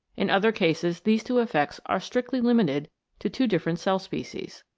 in other cases these two effects are strictly limited to two different cell-species.